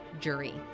jury